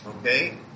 Okay